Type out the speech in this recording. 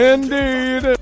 Indeed